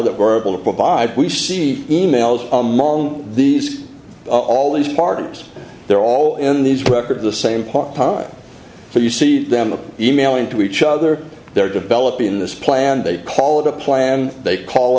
that we're able to provide we see e mails on these all these pardons they're all in these record the same time so you see them emailing to each other they're developing this plan they call it a plan they call